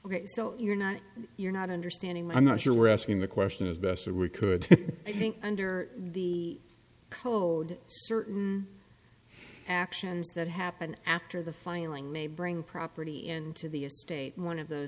client so you're not you're not understanding i'm not sure we're asking the question as best we could i think under the code certain actions that happen after the finding may bring property into the estate one of th